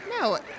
No